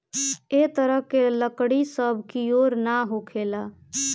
ए तरह के लकड़ी सब कियोर ना होखेला